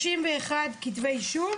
הגשתם 31 כתבי אישום,